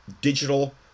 digital